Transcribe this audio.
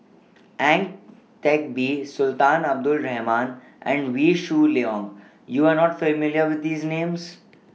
Ang Teck Bee Sultan Abdul Rahman and Wee Shoo Leong YOU Are not familiar with These Names